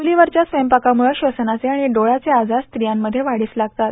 चुलीवरच्या स्वयंपाकामुळं श्वसनाचे आणि डोळ्याचे आजार स्त्रियांमध्ये वाढीस लागतात